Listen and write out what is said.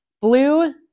Blue